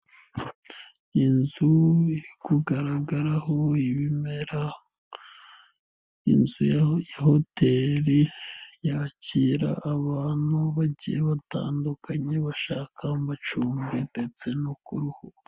Iyi nzu iri kugaragaraho ibimera, inzu ya hotel yakira abantu bagiye batandukanye , bashaka amacumbi ndetse no kuruhuka.